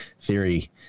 theory